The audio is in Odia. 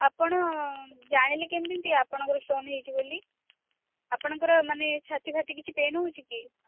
ଆପଣ ଜାଣିଲେ କେମିତି ଆପଣଙ୍କର ଷ୍ଟୋନ୍ ହୋଇଛି ବୋଲି ଆପଣଙ୍କର ମାନେ ଛାତି ଫାତି କିଛି ପେନ୍ ହେଉଛି କି